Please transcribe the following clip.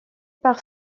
par